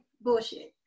Bullshit